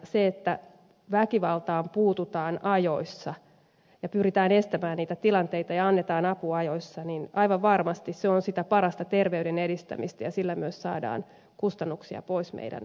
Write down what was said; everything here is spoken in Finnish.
se että väkivaltaan puututaan ajoissa ja pyritään estämään niitä tilanteita ja annetaan apu ajoissa on aivan varmasti sitä parasta terveyden edistämistä ja sillä myös saadaan kustannuksia pois meidän terveydenhuollostamme